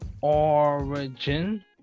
origin